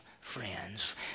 friends